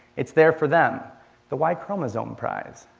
it's there for them the y chromosome prize.